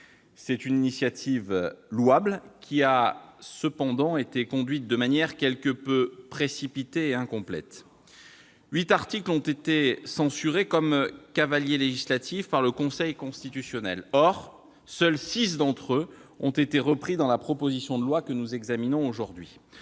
C'est une initiative louable, qui a cependant été conduite de manière quelque peu précipitée et incomplète. Absolument ! Huit articles ont été censurés comme cavaliers législatifs par le Conseil constitutionnel. Or seuls six d'entre eux ont été repris dans la proposition de loi que nous examinons aujourd'hui.